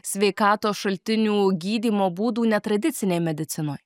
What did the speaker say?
sveikatos šaltinių gydymo būdų netradicinėj medicinoj